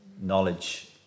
knowledge